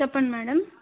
చెప్పండి మేడం